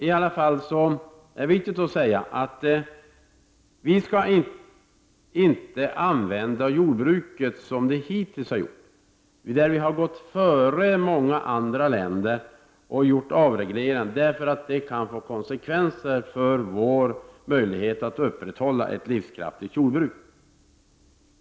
I alla fall är det viktigt att säga att vi skall inte använda jordbruket så som hitills har skett, att vi har gått före många andra länder och gjort avregleringar, för det kan få konsekvenser för vår möjlighet att upprätthålla ett livskraftigt jordbruk.